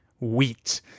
wheat